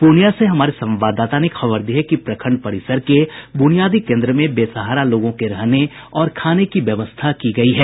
पूर्णिया से हमार संवाददाता ने खबर दी है कि प्रखंड परिसर के ब्रनियादी केंद्र में बेसहारा लोगों के रहने और खाने की व्यवस्था की गयी है